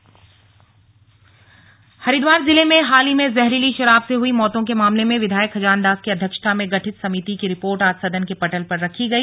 slug शराब report Haridwar जिले में हाल ही में जहरीली शराब से हई मौतों के मामले में विधायक खजानदास की अध्यक्षता में गठित समिति की रिपोर्ट आज सदन के पटल पर रखी गई